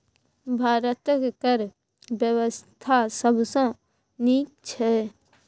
भारतक कर बेबस्था सबसँ नीक छै